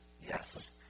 Yes